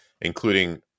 including